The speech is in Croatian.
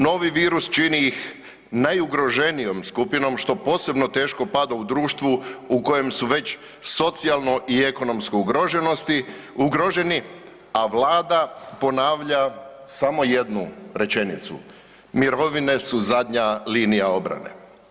Novi virus čini ih najugroženijom skupinom, što posebno teško pada u društvu u kojem su već socijalno i ekonomsko ugroženi, a Vlada ponavlja samo jednu rečenicu: mirovina su zadnja linija obrane.